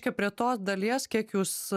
čia prie tos dalies kiek jūs